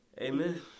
Amen